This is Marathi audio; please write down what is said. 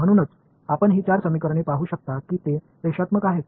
म्हणूनच आपण ही 4 समीकरणे पाहू शकता की ते रेषात्मक आहेत